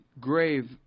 grave